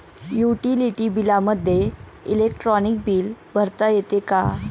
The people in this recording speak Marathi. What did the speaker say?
युटिलिटी बिलामध्ये इलेक्ट्रॉनिक बिल भरता येते का?